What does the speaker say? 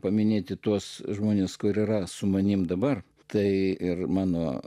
paminėti tuos žmones kur yra su manimi dabar tai ir mano